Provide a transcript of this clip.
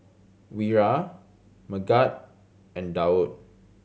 Wira Megat and Daud